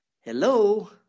Hello